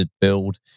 build